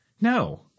No